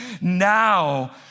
now